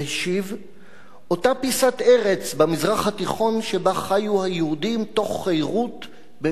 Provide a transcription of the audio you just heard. "אותה פיסת ארץ במזרח התיכון שבה חיו היהודים תוך חירות במסגרת ממלכתית,